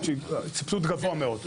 סבסוד גבוה מאוד, גבוה מאוד.